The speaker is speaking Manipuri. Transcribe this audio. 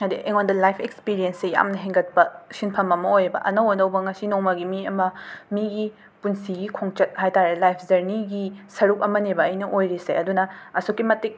ꯍꯥꯏꯗꯤ ꯑꯩꯉꯣꯟꯗ ꯂꯥꯏꯐ ꯑꯦꯛꯁꯄꯤꯔꯤꯌꯦꯟꯁꯁꯤ ꯌꯥꯝ ꯍꯦꯡꯒꯠꯄ ꯁꯤꯟꯐꯝ ꯑꯃ ꯑꯣꯏꯌꯦꯕ ꯑꯅꯧ ꯑꯅꯧꯕ ꯉꯁꯤ ꯅꯣꯡꯃꯒꯤ ꯃꯤ ꯑꯃ ꯃꯤꯒꯤ ꯄꯨꯟꯁꯤꯒꯤ ꯈꯣꯡꯆꯠ ꯍꯥꯏ ꯇꯥꯔꯦ ꯂꯥꯏꯐꯁ ꯖꯔꯅꯤꯒꯤ ꯁꯔꯨꯛ ꯑꯃꯅꯦꯕ ꯑꯩꯅ ꯑꯣꯏꯔꯤꯁꯦ ꯑꯗꯨꯅ ꯑꯁꯨꯛꯀꯤ ꯃꯇꯤꯛ